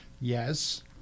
Yes